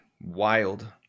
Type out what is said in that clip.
Wild